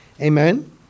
Amen